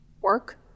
Work